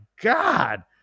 god